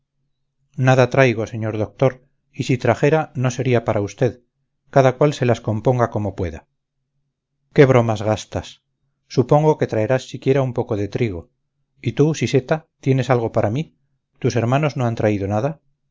nada traigo señor doctor y si trajera no sería para usted cada cual se las componga como pueda qué bromas gastas supongo que traerás siquiera un poco de trigo y tú siseta tienes algo para mí tus hermanos no han traído nada